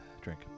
Drink